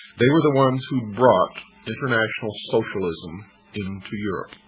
they were the ones who brought international socialism into europe,